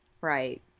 Right